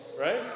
right